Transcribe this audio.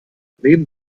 neben